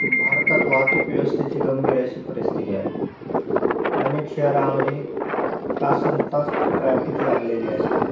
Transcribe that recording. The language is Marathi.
भारतात वाहतूक व्यवस्थेची गंभीर अशी परिस्थिती आहे अनेक शहरामध्ये तासनतास ट्रॅफिक लागलेली असते